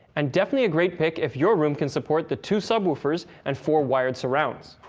and definitely a great pick if your room can support the two subwoofers and four wired surrounds.